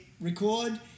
record